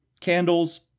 candles